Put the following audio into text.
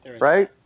right